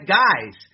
guys